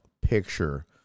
picture